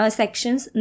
sections